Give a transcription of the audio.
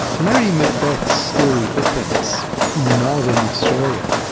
murray macbeath's story opens in northern australia,